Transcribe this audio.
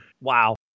Wow